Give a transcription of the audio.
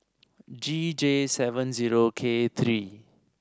G J seven zero K three